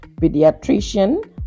pediatrician